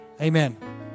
Amen